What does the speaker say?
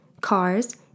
Cars